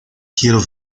quiero